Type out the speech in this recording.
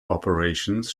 operations